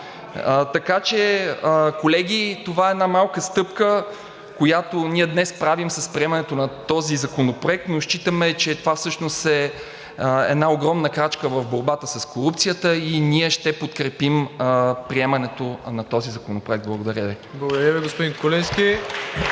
Така че, колеги, това е една малка стъпка, която ние днес правим с приемането на този законопроект, но считаме, че това всъщност е една огромна крачка в борбата с корупцията и ние ще подкрепим приемането на този законопроект. Благодаря Ви. (Ръкопляскания